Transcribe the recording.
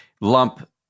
lump